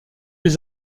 les